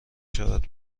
شود